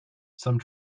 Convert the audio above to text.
some